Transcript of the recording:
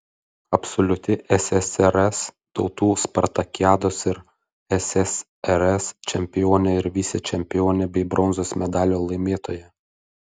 absoliuti ssrs tautų spartakiados ir ssrs čempionė ir vicečempionė bei bronzos medalio laimėtoja